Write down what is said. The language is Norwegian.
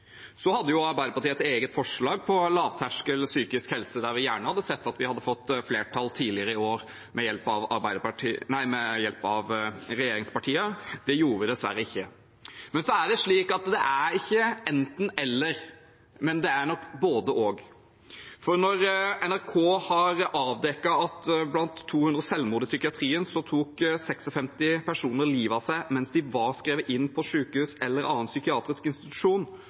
hadde et eget forslag om lavterskel psykisk helse tidligere i år, der vi gjerne hadde sett at vi hadde fått flertall med hjelp av regjeringspartiene. Det gjorde vi dessverre ikke. Men det er ikke enten–eller, det er nok både–og. NRK har avdekket at av 200 selvmord i psykiatrien, tok 56 personer livet av seg mens de var skrevet inn på sykehus eller annen psykiatrisk institusjon.